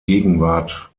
gegenwart